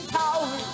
power